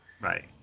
Right